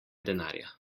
denarja